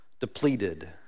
depleted